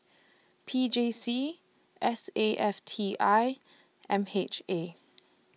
P J C S A F T I M H A